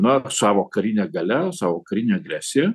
na savo karine galia savo karine agresija